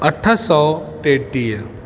अठ सौ टेटीह